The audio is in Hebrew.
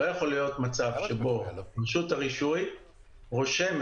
לא יכול להיות מצב שבו רשות הרישוי רושמת